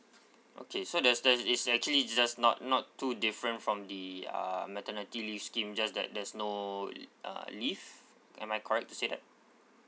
okay so there's there's is actually just not not too different from the uh maternity leave scheme just that there's no l~ uh leave am I correct to say that